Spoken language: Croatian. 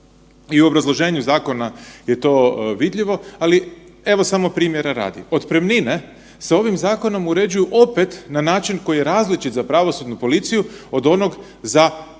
i u obrazloženju zakona je to vidljivo, ali evo samo primjera radi. Otpremnine se ovim zakonom uređuju opet na način koji je različit za pravosudnu policiju, od onog za obično,